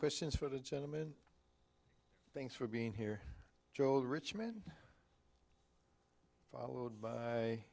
questions for the gentleman thanks for being here joe richman followed